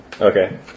okay